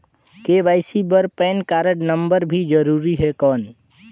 KYC बर PAN card नम्बर भी जरूरी हे कौन?